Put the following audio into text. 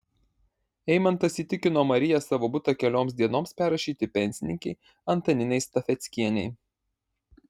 eimantas įtikino mariją savo butą kelioms dienoms perrašyti pensininkei antaninai stafeckienei